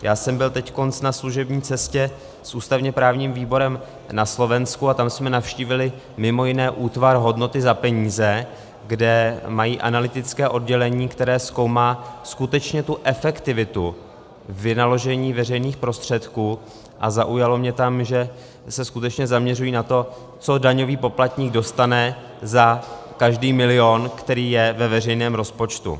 Já jsem byl teď na služební cestě s ústavněprávním výborem na Slovensku a tam jsme navštívili mimo jiné Útvar hodnoty za peniaze, kde mají analytické oddělení, které zkoumá skutečně tu efektivitu vynaložení veřejných prostředků, a zaujalo mě tam, že se skutečně zaměřují na to, co daňový poplatník dostane za každý milion, který je ve veřejném rozpočtu.